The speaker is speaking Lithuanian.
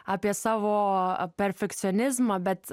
apie savo perfekcionizmą bet